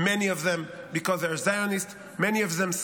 many of them because they are Zionists' Many of them,